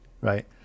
right